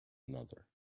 another